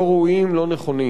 לא ראויים, לא נכונים.